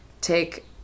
take